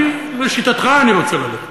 אני, לשיטתך אני רוצה ללכת.